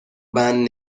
بند